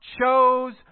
chose